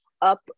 up